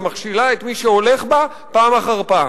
ומכשילה את מי שהולך בה פעם אחר פעם.